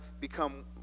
become